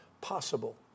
possible